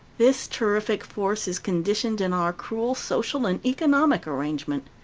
this terrific force is conditioned in our cruel social and economic arrangement.